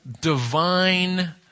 divine